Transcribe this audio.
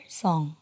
song